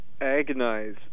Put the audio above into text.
agonize